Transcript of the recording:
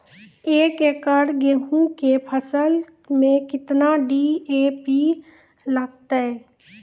एक एकरऽ गेहूँ के फसल मे केतना डी.ए.पी लगतै?